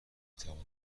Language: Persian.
توانم